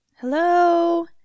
Hello